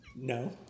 No